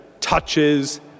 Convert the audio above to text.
touches